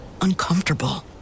uncomfortable